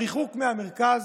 הריחוק מהמרכז,